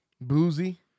Boozy